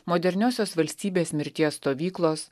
moderniosios valstybės mirties stovyklos